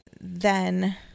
then-